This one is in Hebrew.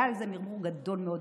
היה על זה מרמור גדול מאוד,